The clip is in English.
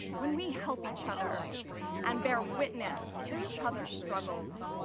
when we help each other and bear witness to each other's struggles.